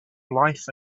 life